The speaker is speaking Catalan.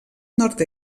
nord